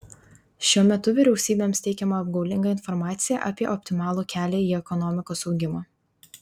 šiuo metu vyriausybėms teikiama apgaulinga informacija apie optimalų kelią į ekonomikos augimą